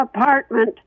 apartment